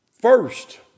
first